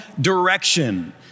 direction